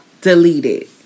deleted